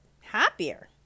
happier